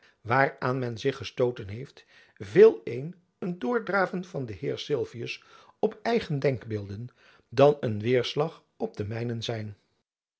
waaraan men zich gestooten heeft veeleer een doordraven van den heer sylvius op eigen denkbeelden dan een weêrslag op de mijnen zijn